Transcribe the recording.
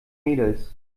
mädels